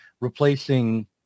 replacing